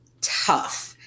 tough